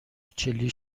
چلی